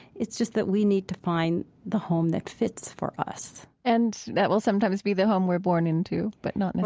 it's just that we need to find the home that fits for us and that will sometimes be the home we're born into, but not